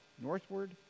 northward